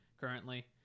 currently